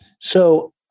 So-